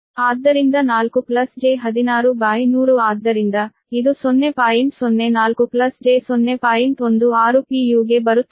ಆದ್ದರಿಂದ 4 j16100 ಆದ್ದರಿಂದ ಇದು 0